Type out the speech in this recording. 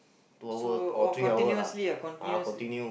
so !wah! continuously ah continuously